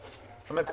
תקדים.